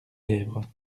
lèvres